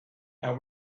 now